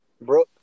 Bro